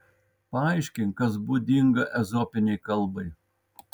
paaiškink kas būdinga ezopinei kalbai